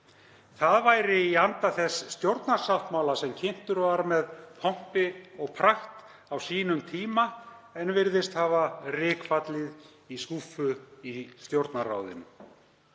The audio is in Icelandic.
Það væri í anda þess stjórnarsáttmála sem kynntur var með pompi og prakt á sínum tíma en virðist hafa rykfallið í skúffu í Stjórnarráðinu.